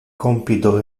compito